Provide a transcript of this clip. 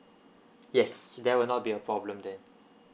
yes there will not be a problem then